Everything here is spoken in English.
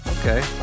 Okay